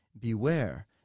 beware